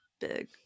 big